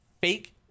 fake